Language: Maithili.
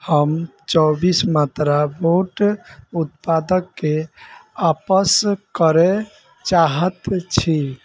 हम चौबीस मंत्रा बूट उत्पादकेँ आपस करय चाहैत छी